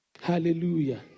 Hallelujah